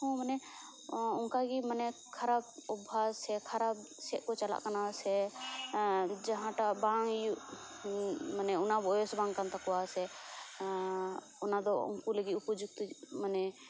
ᱦᱚᱸ ᱢᱟᱱᱮ ᱚᱱᱠᱟ ᱜᱮ ᱢᱟᱱᱮ ᱠᱷᱟᱨᱟᱯ ᱚᱵᱽᱵᱷᱟᱥ ᱥᱮ ᱠᱷᱟᱨᱟᱯ ᱥᱮᱡ ᱠᱚ ᱪᱟᱞᱟᱜ ᱠᱟᱱᱟ ᱥᱮ ᱡᱟᱦᱟᱸᱴᱟᱜ ᱵᱟᱝ ᱤᱭᱩᱡᱽ ᱢᱟᱱᱮ ᱚᱱᱟ ᱵᱚᱭᱮᱥ ᱵᱟᱝ ᱠᱟᱱ ᱛᱟᱠᱚᱭᱟ ᱥᱮ ᱚᱱᱟ ᱫᱚ ᱩᱱᱠᱩ ᱞᱟᱹᱜᱤᱫ ᱩᱯᱚᱡᱩᱠᱛᱚ ᱢᱟᱱᱮ